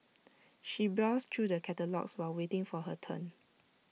she browsed through the catalogues while waiting for her turn